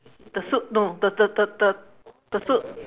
the suit no the the the the the suit